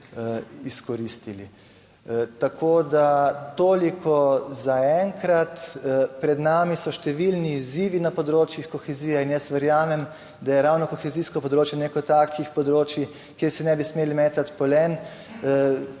Tako, da toliko za enkrat. Pred nami so številni izzivi na področjih kohezije in jaz verjamem, da je ravno kohezijsko področje neko takih področij kjer se ne bi smeli metati polen